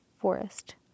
Forest